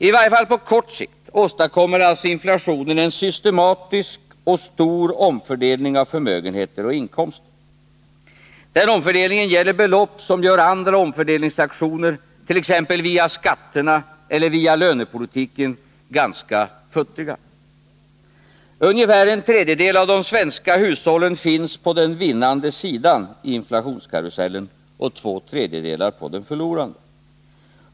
I varje fall på kort sikt åstadkommer alltså inflationen en systematisk och stor omfördelning av förmögenheter och inkomster. Denna omfördelning gäller belopp som gör andra omfördelningsaktioner, t.ex. via skatterna eller lönepolitiken, ganska futtiga. Ungefär en tredjedel av de svenska hushållen finns på den vinnande sidan i inflationskarusellen och två tredjedelar på den förlorande.